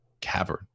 cavern